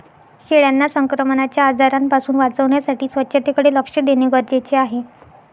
शेळ्यांना संक्रमणाच्या आजारांपासून वाचवण्यासाठी स्वच्छतेकडे लक्ष देणे गरजेचे आहे